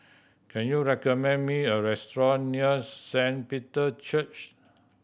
can you recommend me a restaurant near Saint Peter Church